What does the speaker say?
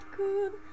good